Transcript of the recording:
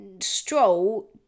Stroll